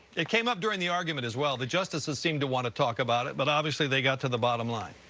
it came up during the argument as well. the justices seemed to want to talk about it, but obviously, they got to the bottom line.